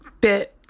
bit